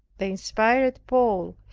the inspired paul,